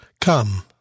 Come